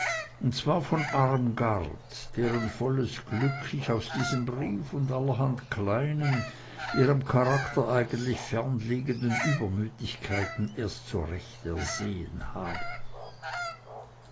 und zwar von armgard deren volles glück ich aus diesem brief und allerhand kleinen ihrem charakter eigentlich fernliegenden übermütigkeiten erst so recht ersehn habe